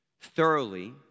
thoroughly